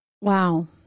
Wow